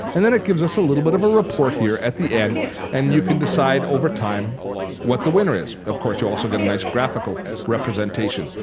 and then it gives us a little bit of a report here at the end and you can decide over time what the winner is. of course, you'll also get a nice graphical representation.